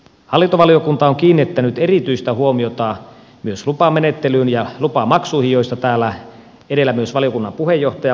hallintovaliokunta on kiinnittänyt erityistä huomiota myös lupamenettelyyn ja lupamaksuihin joista täällä edellä myös valiokunnan puheenjohtaja mainitsi